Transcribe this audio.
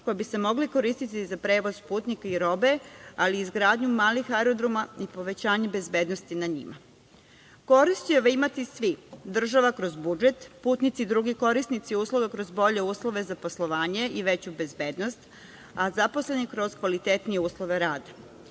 koji bi se mogli koristiti za prevoz putnika i robe, ali i izgradnju malih aerodroma i povećanje bezbednosti na njima. Korist će imati svi, država kroz budžet, putnici i drugi korisnici usluga kroz bolje uslove za poslovanje i veću bezbednost, a zaposleni kroz kvalitetnije uslove